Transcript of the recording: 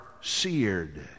seared